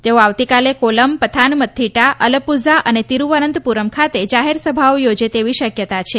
તેઓ આવતીકાલે કોલમ પથાનમથ્થીટા અલપ્પુઝા અને તિરૂવનંતપ્રરમ્ ખાતે જાહેરસભાઓ યોજે તેવી શક્યતા છે